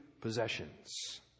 possessions